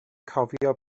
cofio